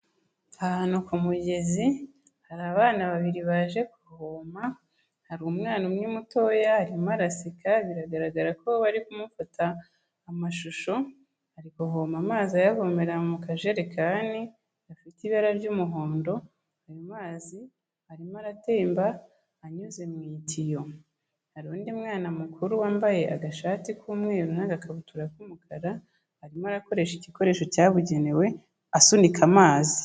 Ahantu ku mugezi, hari abana babiri baje kuvoma, hari umwana umwe mutoya, arimo araseka, biragaragara ko bari kumufata amashusho, ari kuvoma amazi ayavomera mu kajerekani gafite ibara ry'umuhondo, ayo mazi arimo aratemba anyuze mu itiyo, hari undi mwana mukuru wambaye agashati k'umweru n'agakabutura k'umukara, arimo arakoresha igikoresho cyabugenewe, asunika amazi.